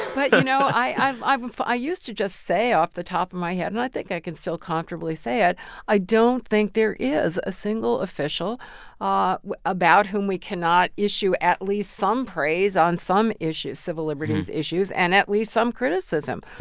but, you know, i i used to just say off the top of my head and i think i can still comfortably say it i don't think there is a single official ah about whom we cannot issue at least some praise on some issues, civil liberties issues, and at least some criticism.